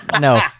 no